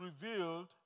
revealed